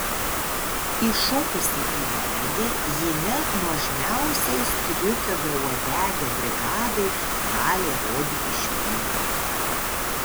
įšokusi į medį ji net nuožmiausiai striukio beuodegio brigadai gali rodyti špygą